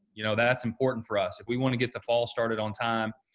you know, that's important for us. if we want to get the fall started on time,